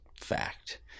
fact